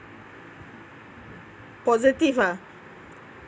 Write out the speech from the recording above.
positive ah